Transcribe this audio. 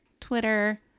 Twitter